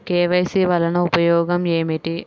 KYC వలన ఉపయోగం ఏమిటీ?